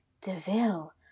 Deville